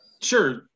Sure